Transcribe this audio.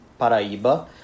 Paraíba